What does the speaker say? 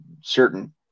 certain